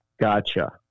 gotcha